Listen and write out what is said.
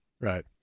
right